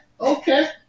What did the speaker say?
okay